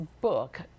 book